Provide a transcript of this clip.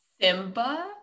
Simba